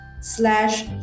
slash